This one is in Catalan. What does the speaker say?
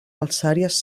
alçàries